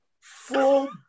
full